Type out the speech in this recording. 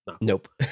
Nope